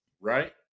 right